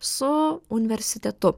su universitetu